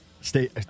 Stay